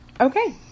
okay